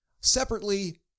Separately